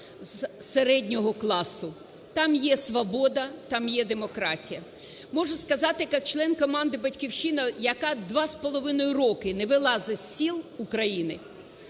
з середнього класу, там є свобода, там демократія. Можу сказати як член команди "Батьківщина", яка два з половиною роки не вилазить з сіл України,